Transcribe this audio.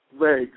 legs